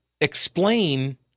explain